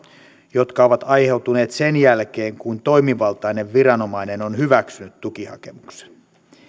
jotka ovat aiheutuneet sen jälkeen kun toimivaltainen viranomainen on hyväksynyt tukihakemuksen